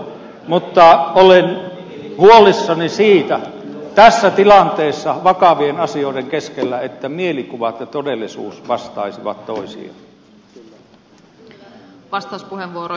mutta kannan huolta tässä tilanteessa vakavien asioiden keskellä siitä että mielikuvat ja todellisuus vastaisivat toisiaan